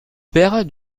père